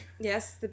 Yes